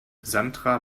sandra